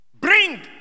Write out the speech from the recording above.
Bring